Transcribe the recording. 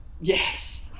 yes